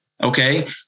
okay